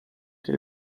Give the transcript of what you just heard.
del